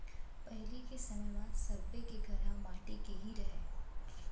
पहिली के समय म सब्बे के घर ह माटी के ही रहय